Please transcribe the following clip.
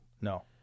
No